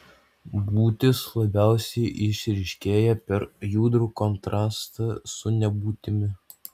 būtis labiausiai išryškėja per judrų kontrastą su nebūtimi